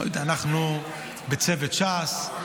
אנחנו בצוות ש"ס,